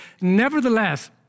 Nevertheless